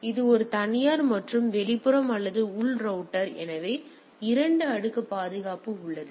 எனவே இது ஒரு தனியார் மற்றும் இது வெளிப்புறம் மற்றும் இது உள் ரௌட்டர் எனவே அதாவது 2 அடுக்கு பாதுகாப்பு உள்ளது